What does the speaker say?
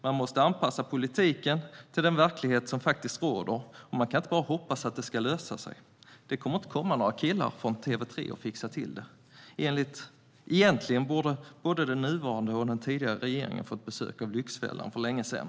Man måste anpassa politiken till den verklighet som faktiskt råder, och man kan inte bara hoppas på att det ska lösa sig. Det kommer inte att komma några killar från TV3 och fixa till det. Egentligen borde både den nuvarande och den tidigare regeringen ha fått besök av Lyxfällan för länge sedan.